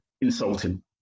insulting